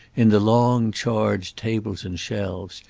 in the long charged tables and shelves,